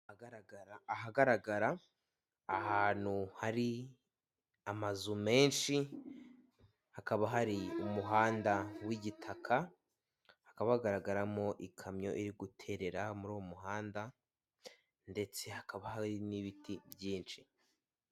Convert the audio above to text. Ahagaragara ahantu hari amazu menshi hakaba hari umuhanda w'igitaka hakaba hagaragaramo ikamyo iri guterera muri uwo muhanda ndetse hakaba hari n'ibiti byinshi.